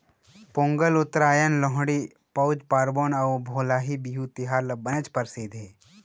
पोंगल, उत्तरायन, लोहड़ी, पउस पारबोन अउ भोगाली बिहू तिहार ह बनेच परसिद्ध हे